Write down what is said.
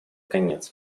конец